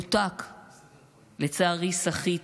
מנותק, לצערי, סחיט,